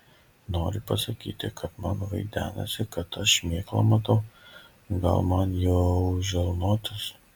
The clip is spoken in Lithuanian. nori pasakyti kad man vaidenasi kad aš šmėklą matau gal man jau žegnotis